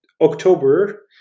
October